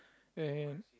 and